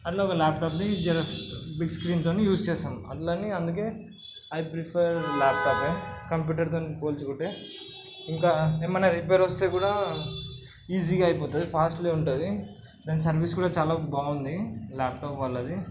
అలా ఒక ల్యాప్టాప్ని జరా బిగ్ స్క్రీన్ తోని యూస్ చేస్తాము అట్లా అని అందుకే ఐ ప్రిఫర్ ల్యాప్టాప్యే కంప్యూటర్తోని పోల్చుకుంటే ఇంకా ఏమైనా రిపేర్ వస్తే కూడా ఈజీగా అయిపోతుంది ఫాస్టు ప్లే ఉంటుంది దాని సర్వీస్ కూడా చాలా బాగుంది ల్యాప్టాప్ వాళ్ళది